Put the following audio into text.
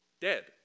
dead